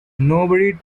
nobody